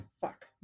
Fuck